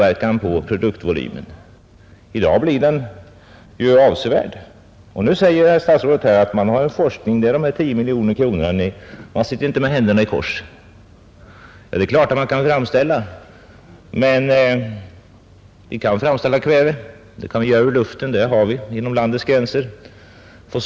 En avspärrning i dag skulle bli mera kännbar. Men nu säger herr statsrådet att man inte sitter med armarna i kors utan att 10 miljoner kronor satsats på forskning. Det är klart att vi kan framställa kväve ur luften, för den har vi inom landets gränser.